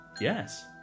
Yes